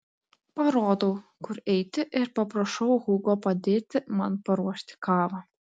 parodau kur eiti ir paprašau hugo padėti man paruošti kavą